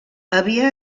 havia